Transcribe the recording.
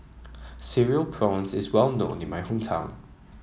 Cereal Prawns is well known in my hometown